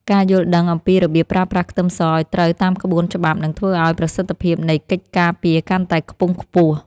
ការយល់ដឹងអំពីរបៀបប្រើប្រាស់ខ្ទឹមសឱ្យត្រូវតាមក្បួនច្បាប់នឹងធ្វើឱ្យប្រសិទ្ធភាពនៃកិច្ចការពារកាន់តែខ្ពង់ខ្ពស់។